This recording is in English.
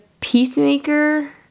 peacemaker